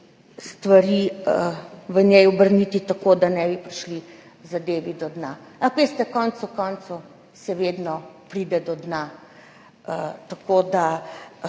stvari v njej obrniti tako, da ne bi prišli zadevi do dna, ampak veste, konec koncev se vedno pride do dna. Karkoli